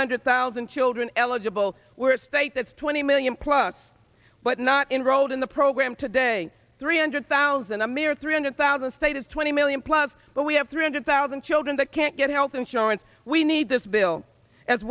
hundred thousand children eligible were state that's twenty million plus but not enrolled in the program today three hundred thousand a mere three hundred thousand state is twenty million plus but we have three hundred thousand children that can't get health insurance we need this bill as